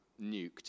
nuked